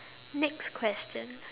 next question